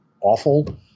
awful